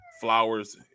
flowers